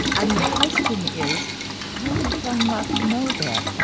and the question is how did john locke know that?